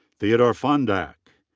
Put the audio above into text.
theodore fondak.